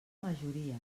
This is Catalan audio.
majoria